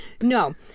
No